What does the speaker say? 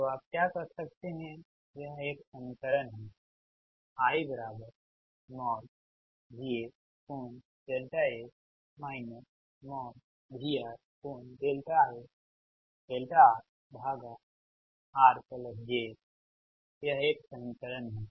तो आप क्या कर सकते हैं यह एक समीकरण है IVS∠S VR∠Rr j x यह एक समीकरण है